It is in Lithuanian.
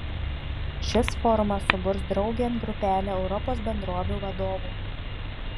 šis forumas suburs draugėn grupelę europos bendrovių vadovų